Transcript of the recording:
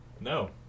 No